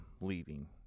leaving